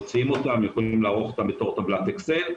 מוציאים אותן, יכולים לערוך אותן בתור טבלת אקסל,